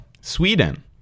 sweden